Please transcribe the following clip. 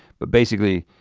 but basically,